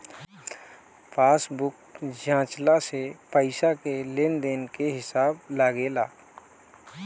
passbook जाँचला से पईसा के लेन देन के हिसाब लागेला